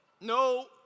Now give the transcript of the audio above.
No